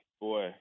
boy